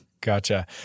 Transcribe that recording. Gotcha